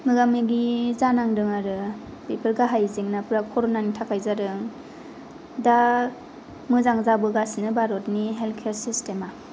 मोगा मोगि जानांदों आरो बेफोर गाहाय जेंनाफोरा करनानि थाखाय जादों दा मोजां जाबोगासिनो भारतनि हेल्थ केयार सिस्टेमा